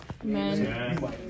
Amen